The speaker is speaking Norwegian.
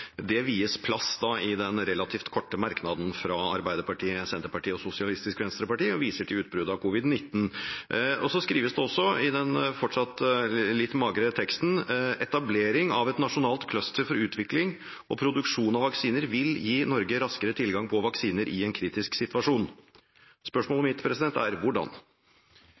det vies plass til det i den relativt korte merknaden fra Arbeiderpartiet, Senterpartiet og Sosialistisk Venstreparti, hvor man viser til utbruddet av covid-19. I den litt magre teksten står det også: «Etablering av et nasjonalt cluster for utvikling og produksjon av vaksiner vil gi Norge raskere tilgang på vaksiner i en kritisk situasjon.» Spørsmålet mitt er: Hvordan?